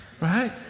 Right